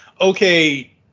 okay